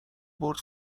بٌرد